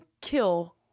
kill